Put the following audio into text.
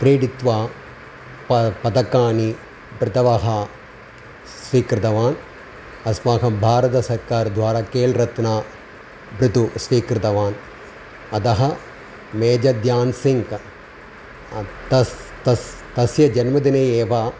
क्रीडित्वा प पदकानि पृतवाः स्वीकृतवान् अस्माकं भारतसर्वकारद्वारा खेलरत्नः भृतु स्वीकृतवान् अतः मेजर्ध्यान्सिङ्गः तस् तस् तस्य जन्मदिने एव